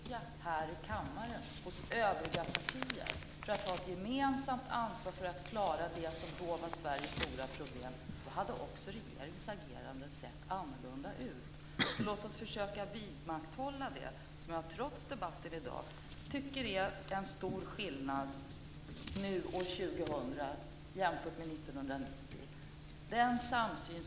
Fru talman! Jag vill börja med att säga att om lusten att visa en gemensam ansvarsvilja här i kammaren från övriga partier för att klara det som då var Sveriges stora problem hade varit större, hade också regeringens agerande sett annorlunda ut. Låt oss försöka vidmakthålla den stora skillnad som jag trots debatten i dag tycker finns år 2000 jämfört med år 1990.